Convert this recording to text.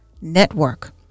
network